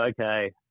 Okay